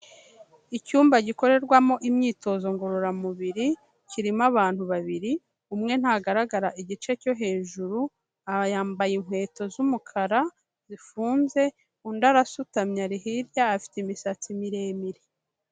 Icyumba gikorerwamo imyitozo ngororamubiri, kirimo abantu babiri, umwe ntagaragara igice cyo hejuru, aha yambaye inkweto z'umukara zifunze, undi arasutamye ari hirya afite imisatsi miremire.